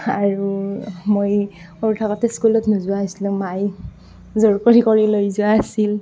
আৰু মই সৰু থাকোঁতে স্কুলত নোযোৱা হৈছিলোঁ মায়ে জোৰ কৰি কৰি লৈ যাইছিল